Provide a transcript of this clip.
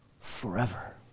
forever